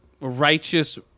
righteous